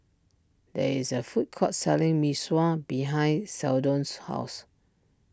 there is a food court selling Mee Sua behind Seldon's house